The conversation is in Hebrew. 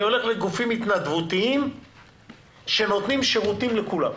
אני הולך לגופים התנדבותיים שנותנים שירותים לכולם.